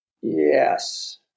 Yes